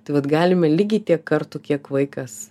tai vat galime lygiai tiek kartų kiek vaikas